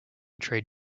trade